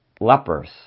lepers